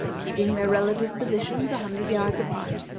keeping their relative positions a hundred yards apart,